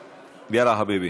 יאללה, חביבי,